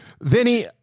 Vinny